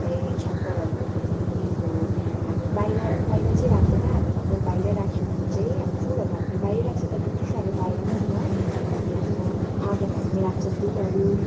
छप्परहरूको मुनि यस्तो हामी बाहिर बाहिर चाहिँ राख्दैन हामी अगर बाहिर राख्यो भने चाहिँ हामी फुलहरू हामीले बाहिर राख्छ त्यति साह्रो बाहिर पनि होइन हामी आफ्नो आँगनहरूमै राख्छ फुलहरू